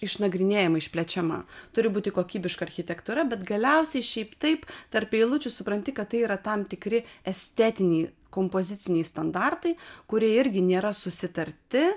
išnagrinėjama išplečiama turi būti kokybiška architektūra bet galiausiai šiaip taip tarp eilučių supranti kad tai yra tam tikri estetiniai kompoziciniai standartai kurie irgi nėra susitarti